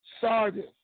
Sardis